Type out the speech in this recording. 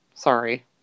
Sorry